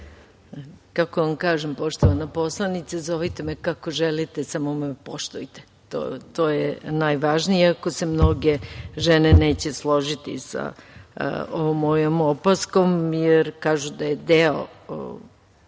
da vam kažem, poštovana poslanice, zovite me kako želite, samo me poštujte. To je najvažnije, iako se mnoge žene neće složiti sa ovom mojom opaskom, jer kažu da je deo